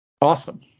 Awesome